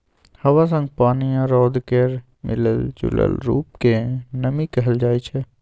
हबा संग पानि आ रौद केर मिलल जूलल रुप केँ नमी कहल जाइ छै